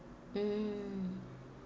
mm